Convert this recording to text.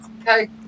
Okay